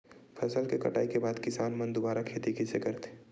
फसल के कटाई के बाद किसान मन दुबारा खेती कइसे करथे?